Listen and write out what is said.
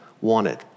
wanted